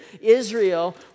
Israel